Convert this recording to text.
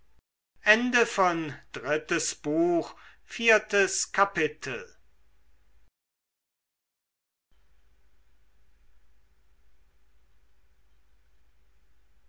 drittes buch erstes kapitel